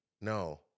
no